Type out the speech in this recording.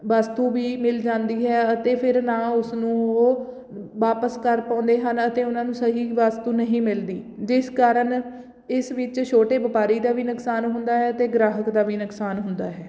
ਵਸਤੂ ਵੀ ਮਿਲ ਜਾਂਦੀ ਹੈ ਅਤੇ ਫਿਰ ਨਾ ਉਸ ਨੂੰ ਉਹ ਵਾਪਸ ਕਰ ਪਾਉਂਦੇ ਹਨ ਅਤੇ ਉਹਨਾਂ ਨੂੰ ਸਹੀ ਵਸਤੂ ਨਹੀਂ ਮਿਲਦੀ ਜਿਸ ਕਾਰਨ ਇਸ ਵਿੱਚ ਛੋਟੇ ਵਪਾਰੀ ਦਾ ਵੀ ਨੁਕਸਾਨ ਹੁੰਦਾ ਹੈ ਅਤੇ ਗ੍ਰਾਹਕ ਦਾ ਵੀ ਨੁਕਸਾਨ ਹੁੰਦਾ ਹੈ